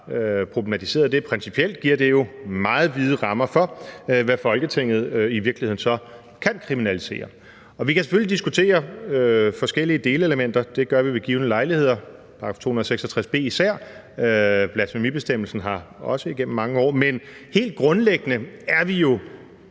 problematiseret det – giver det jo meget vide rammer for, hvad Folketinget i virkeligheden så kan kriminalisere. Vi kan selvfølgelig diskutere forskellige delelementer, det gør vi ved givne lejligheder, § 266 b især, blasfemibestemmelsen, også igennem mange år, men helt grundlæggende er vi jo